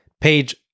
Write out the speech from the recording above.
Page